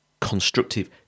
constructive